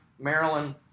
Maryland